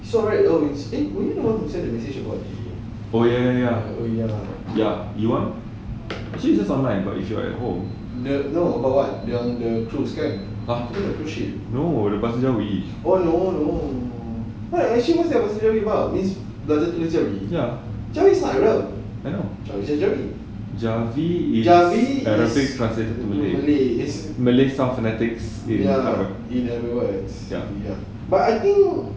eh were you the one who send the message about the oh ya no about what yang the troops kan after the cruise ship oh no no what actually what is it about this tulisan jawi jawi is not arab tulisan jawi jawi is translated to malay ya in another words but I think